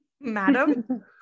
Madam